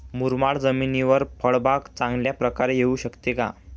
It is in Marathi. मुरमाड जमिनीवर फळबाग चांगल्या प्रकारे येऊ शकते का?